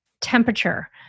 temperature